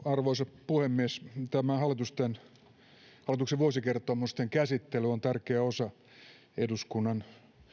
arvoisa puhemies tämä hallituksen vuosikertomusten käsittely on tärkeä osa eduskunnan